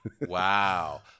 wow